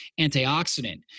antioxidant